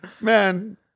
man